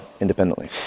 independently